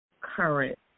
current